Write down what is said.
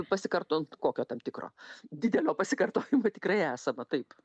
pasikartojant kokio tam tikro didelio pasikartojimo tikrai esama taip